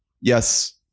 yes